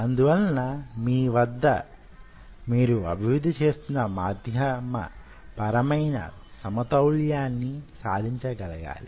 అందువలన మీ వద్ద మీరు అభివృద్ధి చేస్తున్న మాధ్యమ పరమైన సమతౌల్యాన్ని సాధించగలగాలి